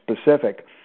specific